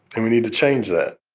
and we need to change that